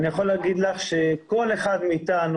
אני יכול לומר לך שכל אחד מאיתנו,